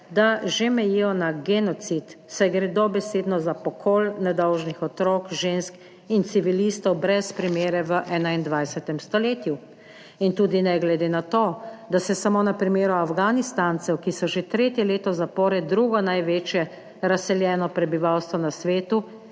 da že mejijo na genocid, saj gre dobesedno za pokol nedolžnih otrok, žensk in civilistov brez primere v 21. stoletju. In tudi ne glede na to, da se samo na primeru Afganistancev, ki so že tretje leto zapored drugo največje razseljeno prebivalstvo na svetu